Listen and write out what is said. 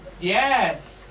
yes